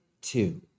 two